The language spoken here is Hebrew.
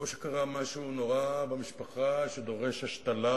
שקרה משהו נורא במשפחה שדורש השתלה,